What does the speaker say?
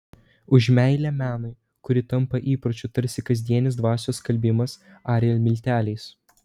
už meilę menui kuri tampa įpročiu tarsi kasdienis dvasios skalbimas ariel milteliais